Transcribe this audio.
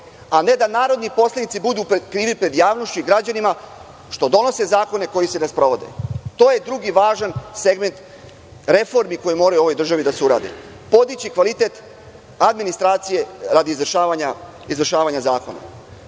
a ne da narodni poslanici budu krivi pred javnosti i građanima što donose zakone koji se ne sprovode. To je drugi važan segment reformi koji mora da se uradi u ovoj državi – podići kvalitet administracije radi izvršavanja